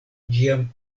ĝian